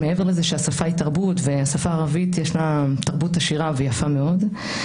מעבר לזה שהשפה היא תרבות ולשפה הערבית יש תרבות עשירה ויפה מאוד.